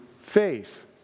faith